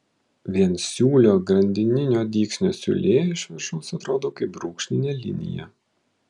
viensiūlio grandininio dygsnio siūlė iš viršaus atrodo kaip brūkšninė linija